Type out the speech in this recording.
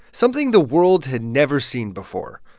something the world had never seen before.